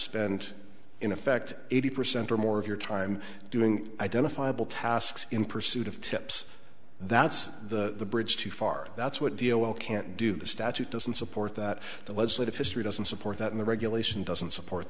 spend in effect eighty percent or more of your time doing identifiable tasks in pursuit of tips that's the bridge too far that's what deal well can't do the statute doesn't support that the legislative history doesn't support that in the regulation doesn't support